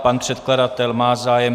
Pan předkladatel má zájem.